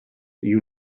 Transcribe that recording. you